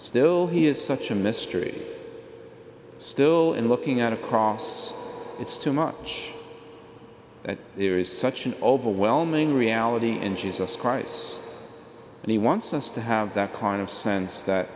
still he is such a mystery still in looking out across it's too much that there is such an overwhelming reality in jesus christ and he wants us to have that kind of sense that